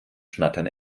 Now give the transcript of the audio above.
schnattern